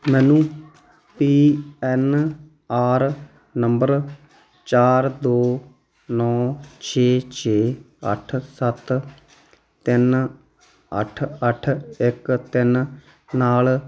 ਮੈਨੂੰ P N R number ਚਾਰ ਦੋ ਨੌ ਛੇ ਛੇ ਅੱਠ ਸੱਤ ਤਿੰਨ ਅੱਠ ਅੱਠ ਇੱਕ ਤਿੰਨ ਨਾਲ